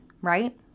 right